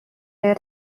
their